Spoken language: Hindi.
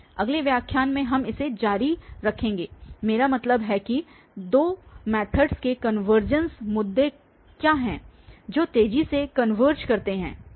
अगले व्याख्यान में हम इसे जारी रखेंगे मेरा मतलब है कि इन दो मैथडस के कनवर्जेंस मुद्दे क्या हैं जो तेजी से कनवर्ज करते हैं आदि